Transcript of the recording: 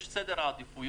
יש סדר עדיפויות?